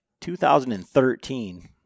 2013